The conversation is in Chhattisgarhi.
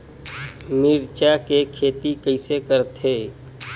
मिरचा के खेती कइसे करथे?